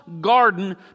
garden